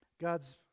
God's